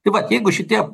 tai vat jeigu šitie